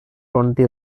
twenty